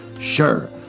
Sure